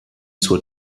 zur